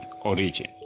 origin